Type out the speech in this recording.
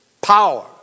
power